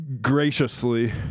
Graciously